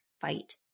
fight